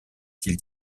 qu’il